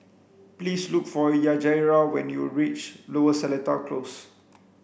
please look for Yajaira when you reach Lower Seletar Close